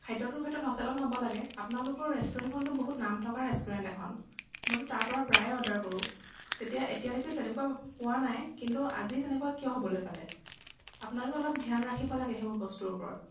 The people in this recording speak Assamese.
খাদ্যটোৰ ক্ষেত্ৰত সচেতন হ'ব লাগে আপোনালোকৰ ৰেষ্টুৰেণ্টখনটো বহুত নাম থকা ৰেষ্টুৰেণ্ট এখন মইটো তাৰ প্ৰায় অৰ্ডাৰ কৰোঁ তেতিয়া এতিয়ালৈকে তেনেকুৱা পোৱা নাই কিন্তু আজি তেনেকুৱা কিয় হ'বলৈ পালে আপোনালোকে অলপ ধ্যান ৰাখিব লাগে সেইবোৰ বস্তুৰ ওপৰত